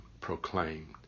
proclaimed